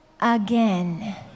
again